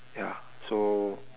ya so